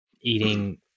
eating